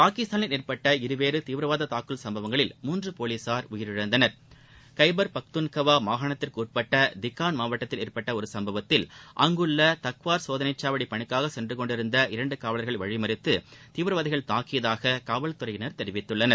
பாகிஸ்தானில்ஏற்பட்டஇருவேறுதீவிரவாததாக்குதல்ச ம்பவங்களில்மூன்றுபோலீசார்உயிரிழந்தனர் கைபர்பாக்துன்கவாமாகாணத்திற்குஉட்பட்டதிகான் மாவட்டத்தில்ஏற்பட்டஒருசம்பவத்தில் அங்குள்ளதக்வார்சோதனைச்சாவடிபணிக்காகசென்று கொண்டிருந்தஇரண்டுகாவலர்களைவழிமறித்துதீவிரவா திகள்தாக்கியதாகத்காவல்துறையினர்தெரிவித்துள்ளனர்